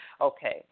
Okay